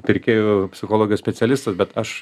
pirkėjų psichologijos specialistas bet aš